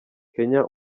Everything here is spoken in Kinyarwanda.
kenya